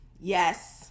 yes